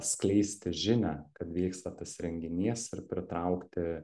skleisti žinią kad vyksta tas renginys ir pritraukti